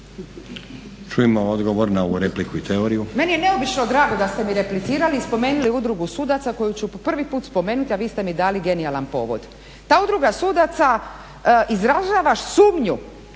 Marinović, Ingrid (SDP)** Meni je neobično drago da ste mi replicirali i spomenuli Udrugu sudaca koju ću po prvi put spomenuti, a vi ste mi dali genijalan povod. Ta Udruga sudaca izražava sumnju,